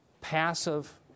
passive